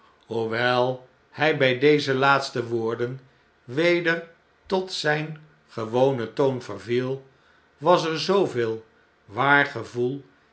hoewel hg bg deze laatste woorden weder tot zgn gewonen toon verviel was er zooveel